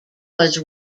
was